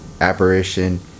apparition